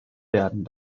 werden